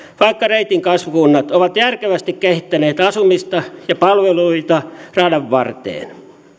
vaikka reitin kasvukunnat ovat järkevästi kehittäneet asumista ja palveluja radan varteen